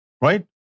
right